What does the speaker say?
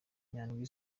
nyandwi